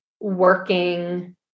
working